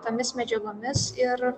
tomis medžiagomis ir